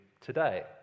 today